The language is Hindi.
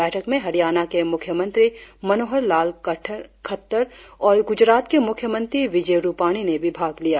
बैठक में हरियाणा के मुख्यमंत्री मनोहर लाल खट्टर और गुजरात के मुख्यमंत्री विजय रुपानी ने भी भाग लिया